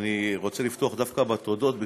אני רוצה לפתוח דווקא בתודות, כי